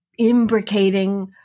imbricating